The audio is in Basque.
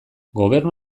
gobernu